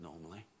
normally